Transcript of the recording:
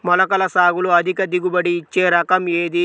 మొలకల సాగులో అధిక దిగుబడి ఇచ్చే రకం ఏది?